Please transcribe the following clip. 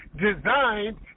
designed